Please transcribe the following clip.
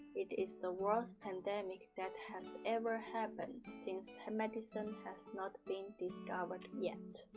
it is the worst pandemic that has ever happen since medicine has not been discovered yet,